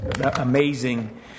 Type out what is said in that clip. amazing